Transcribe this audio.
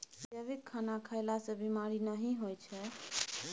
जैविक खाना खएला सँ बेमारी नहि होइ छै